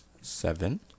Seven